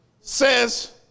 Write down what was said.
says